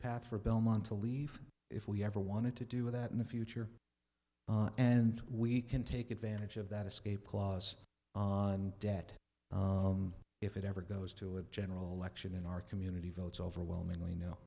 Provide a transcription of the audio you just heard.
path for belmont to leave if we ever wanted to do that in the future and we can take advantage of that escape clause on debt if it ever goes to a general election in our community votes overwhelmingly no